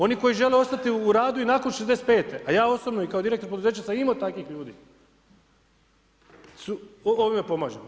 Oni koji žele ostati u radu i nakon 65 a ja osobno i kao direktor poduzeća sam imao takvih ljudi su, ovime pomažemo.